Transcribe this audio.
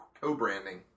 co-branding